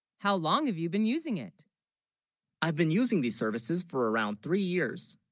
how long have you been using it i've been, using, these services for around. three years